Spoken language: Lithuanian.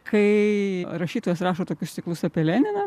kai rašytojas rašo tokius ciklus apie leniną